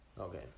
Okay